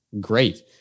great